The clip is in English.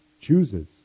chooses